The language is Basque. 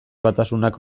batasunak